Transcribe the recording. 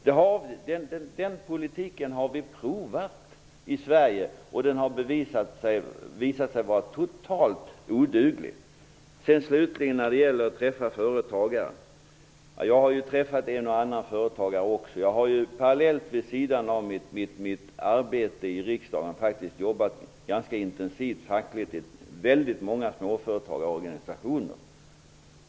Den politiken har vi provat i Sverige, och den har visat sig vara totalt oanvändbar. Även jag har träffat en och annan företagare. Parallellt med mitt arbete i riksdagen har jag jobbat fackligt ganska intensivt i väldigt många småföretagarorganisationer.